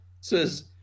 says